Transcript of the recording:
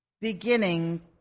Beginning